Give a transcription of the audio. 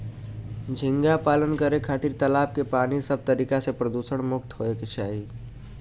झींगा पालन करे खातिर तालाब के पानी सब तरीका से प्रदुषण मुक्त होये के चाही